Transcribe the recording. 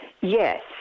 Yes